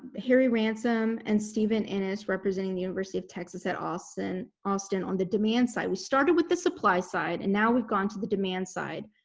harry ransom and stephen ennis representing the university of texas at austin austin on the demand side we started with the supply side. and now we've gone to the demand side,